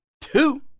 Two